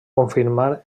confirmar